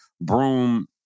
Broom